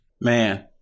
Man